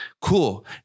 cool